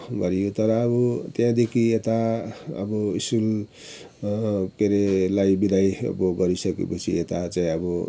भन्ने तर अब त्यहाँदेखि यता अब स्कुल के अरे लाई विदाई अब गरिसकेपछि यता चाहिँ अब